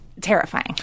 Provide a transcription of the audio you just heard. terrifying